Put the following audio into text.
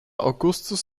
augustus